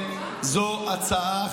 תודה.